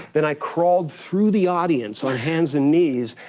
then i crawled through the audience on hands and knees,